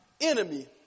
enemy